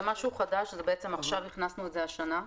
זה משהו חדש שבעצם הכנסנו השנה,